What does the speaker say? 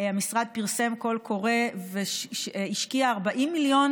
המשרד פרסם קול קורא והשקיע 40 מיליון